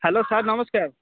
hello sir ନମସ୍କାର